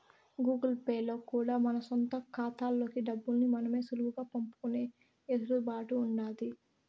Google Pay లో కూడా మన సొంత కాతాల్లోకి డబ్బుల్ని మనమే సులువుగా పంపుకునే ఎసులుబాటు ఉండాది